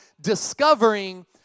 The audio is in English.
Discovering